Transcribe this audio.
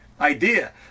idea